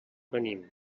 venim